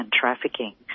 trafficking